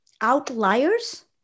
Outliers